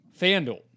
FanDuel